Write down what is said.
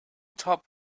top